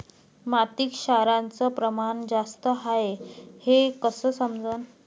मातीत क्षाराचं प्रमान जास्त हाये हे कस समजन?